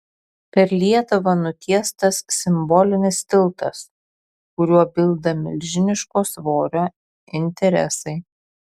per lietuvą nutiestas simbolinis tiltas kuriuo bilda milžiniško svorio interesai